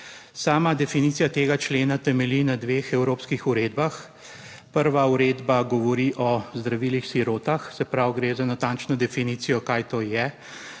Sama definicija tega člena temelji na dveh evropskih uredbah. Prva uredba govori o zdravilih sirota, se pravi, gre za natančno definicijo, kaj to je,